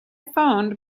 phoned